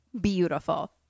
beautiful